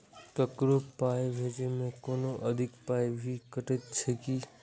ककरो पाय भेजै मे कोनो अधिक पाय भी कटतै की?